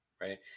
right